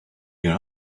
your